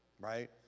right